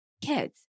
kids